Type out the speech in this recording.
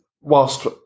Whilst